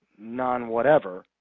non-whatever